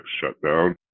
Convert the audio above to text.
shutdown